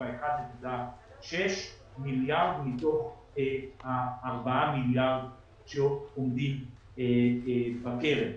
ה-1.6 מיליארד מתוך ה-4 מיליארד שעומדים בקרן.